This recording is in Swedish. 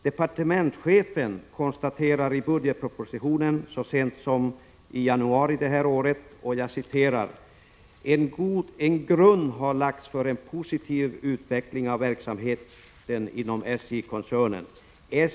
Departementschefen konstaterar i budgetpropositionen från januari i år att ”en grund lagts för en positiv utveckling av verksamheten inom SJ-koncernen.